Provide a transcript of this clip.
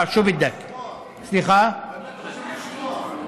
חבר הכנסת טיבי, אנחנו רוצים לשמוע.